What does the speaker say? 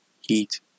Heat